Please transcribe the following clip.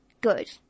good